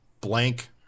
blank